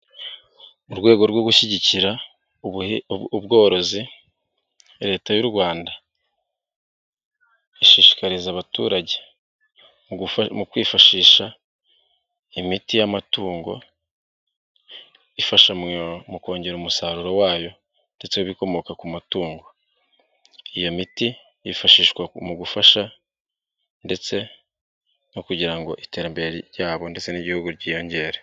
Mu rwego rwo gushyigikira ubworizi, leta y'u Rwanda ishishikariza abaturage mu kwifashisha imiti y'amatungo ifasha mu kongera umusaruro wayo ndetse n'ibikomoka ku matungo. Iyo miti yifashishwa mu gufasha ndetse no kugira ngo iterambere ryabo ndetse n'igihugu ryiyongere.